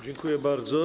Dziękuję bardzo.